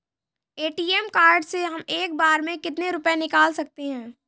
ATM card से हम एक बार में कितने रुपये निकाल सकते हैं?